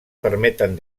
permeten